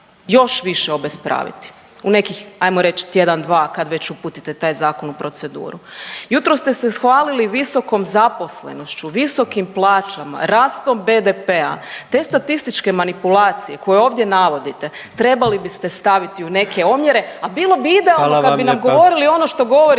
još više obespraviti u nekih hajmo reći tjedan, dva kada već uputite taj zakon u proceduru. Jutros ste se hvalili visokom zaposlenošću, visokim plaćama, rastom BDP-a. Te statističke manipulacije koje ovdje navodite trebali biste staviti u neke omjere, a bilo bi idealno kada bi nam govorili ……